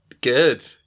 Good